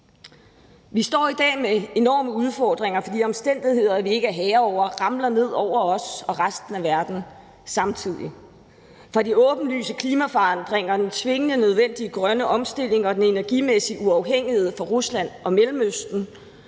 Vi står i dag med enorme udfordringer, fordi omstændigheder, som vi ikke er herre over, ramler ned over os og resten af verden samtidig. Der er de åbenlyse klimaforandringer, den tvingende nødvendige grønne omstilling og den energimæssige uafhængighed af Rusland og Mellemøsten.